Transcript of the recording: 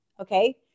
okay